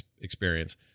experience